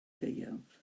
gaeaf